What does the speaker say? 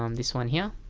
um this one here